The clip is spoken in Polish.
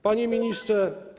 Panie Ministrze!